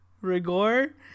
Rigor